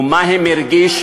ומה הם הרגישו?